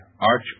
Arch